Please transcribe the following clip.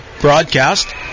broadcast